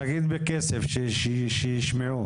תגיד בכסף שיישמעו.